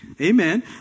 Amen